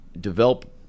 develop